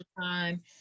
time